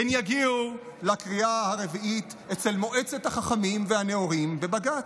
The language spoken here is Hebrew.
הן יגיעו לקריאה הרביעית אצל מועצת החכמים והנאורים בבג"ץ.